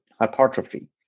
hypertrophy